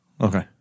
Okay